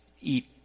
eat